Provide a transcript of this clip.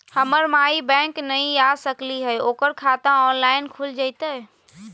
हमर माई बैंक नई आ सकली हई, ओकर खाता ऑनलाइन खुल जयतई?